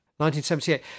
1978